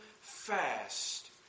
fast